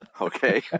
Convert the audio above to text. Okay